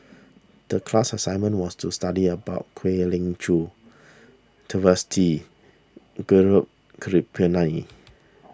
the class assignment was to study about Kwek Leng Joo Twisstii Gaurav Kripalani